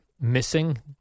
Missing